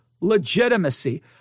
legitimacy